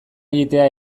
egitea